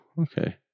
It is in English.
okay